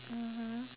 mmhmm